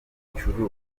igicuruzwa